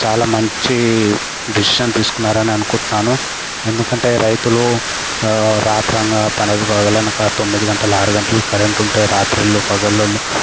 చాలా మంచి డెసిషన్ తీసుకున్నారని అనుకుంటున్నాను ఎందుకంటే రైతులు రాత్రనగా పగలనకా తొమ్మిది గంటలు ఆరు గంటలకు కరెంటు ఉంటే రాత్రిళ్ళు పగలుళ్ళు